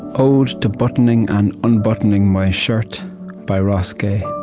ode to buttoning and unbuttoning my shirt by ross gay